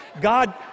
God